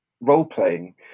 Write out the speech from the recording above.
role-playing